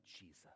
jesus